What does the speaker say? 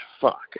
fuck